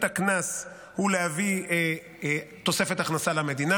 הקנס היא להביא תוספת הכנסה למדינה.